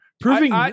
Proving